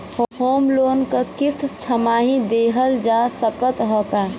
Home loan क किस्त छमाही देहल जा सकत ह का?